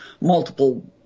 multiple